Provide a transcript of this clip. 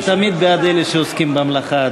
היא תמיד בעד אלה שעוסקים במלאכה,